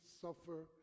suffer